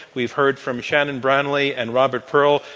we've heard from shannon brownlee and robert pearl,